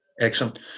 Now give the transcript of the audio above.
excellent